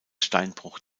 steinbruch